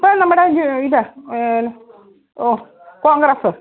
ഇപ്പം നമ്മുടെ ഇത് ഓ കോൺഗ്രസ്സ്